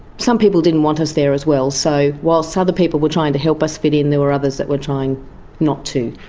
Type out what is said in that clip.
some people didn't want us there as well, so whilst ah other people were trying to help us fit in, there were others that were trying not to.